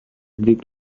dig